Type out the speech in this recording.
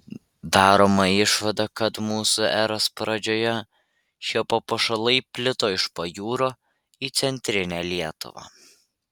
daroma išvada kad mūsų eros pradžioje šie papuošalai plito iš pajūrio į centrinę lietuvą